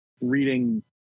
reading